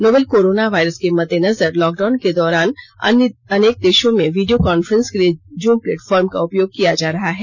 novel corona virus के मद्देनजर lockdown के दौरान अनेक देशों में वीडियो कान्फ्रेंस के लिए जूम प्लेटफार्म का उपयोग किया जा रहा है